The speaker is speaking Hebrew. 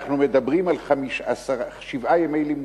אנחנו מדברים על שבעה ימי לימודים,